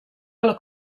alle